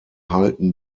halten